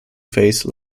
phase